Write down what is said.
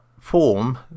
form